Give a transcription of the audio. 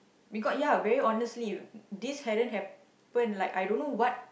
because ya very honestly this hadn't happen like I don't know what